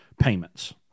payments